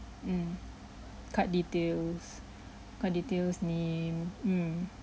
mm card details card details name mm